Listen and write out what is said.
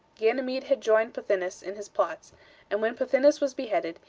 ganymede had joined pothinus in his plots and when pothinus was beheaded,